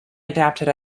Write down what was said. adapted